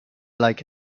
like